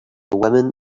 women